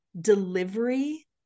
delivery